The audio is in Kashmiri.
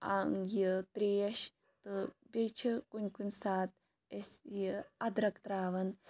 یہِ تریش تہٕ بیٚیہِ چھِ کُنہِ کُنہِ ساتہٕ أسۍ یہِ اَدرَک تراوَان